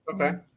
okay